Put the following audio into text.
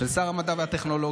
של שר המדע והטכנולוגיה,